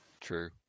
True